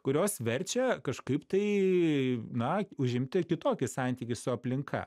kurios verčia kažkaip tai na užimti kitokį santykį su aplinka